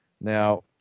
Now